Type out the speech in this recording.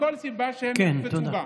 מכל סיבה שהם יחפצו בה.